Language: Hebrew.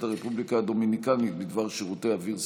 הרפובליקה הדומיניקנית בדבר שירותי אוויר סדירים,